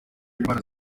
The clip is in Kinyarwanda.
indwara